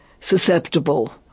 susceptible